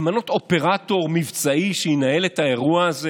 למנות אופרטור מבצעי שינהל את האירוע הזה